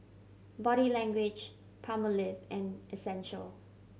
Body Language Palmolive and Essential